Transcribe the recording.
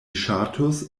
ŝatus